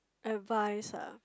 advice ah